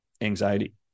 anxiety